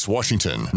Washington